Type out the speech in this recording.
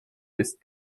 ist